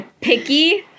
Picky